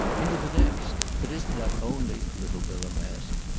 into the next? but isn't that only, little bilham asked,